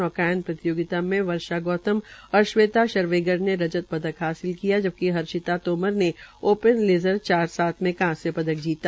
नौकायन प्रतियोगिता में वर्षा गौतम और श्वेता शर्वेगर ने रजत पदक हासिल किया जबकि हर्षिता तोमर ने ओपन लेज़र चार सात में कांस्य पदक जीता